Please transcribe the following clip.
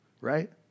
Right